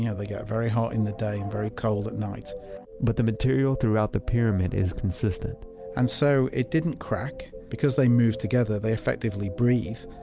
yeah they get very hot in the day and very cold at night but the material throughout the pyramid is consistent and so it didn't crack. because they move together, they effectively breathe.